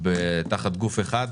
תחת גוף אחד,